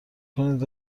کنید